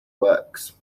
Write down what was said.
works